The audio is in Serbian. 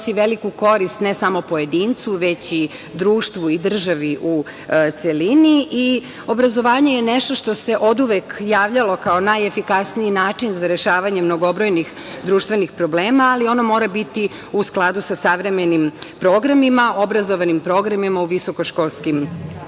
veliku korist ne samo pojedincu već i društvu i državi u celini. Obrazovanje je nešto što se oduvek javljalo kao najefikasniji način za rešavanje mnogobrojnih društvenih problema, ali ono mora biti u skladu sa savremenim programima, obrazovnim programima u visokoškolskim